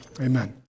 Amen